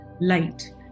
light